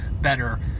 better